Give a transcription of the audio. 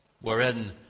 wherein